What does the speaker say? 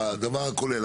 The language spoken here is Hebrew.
בדבר הכולל,